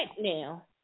now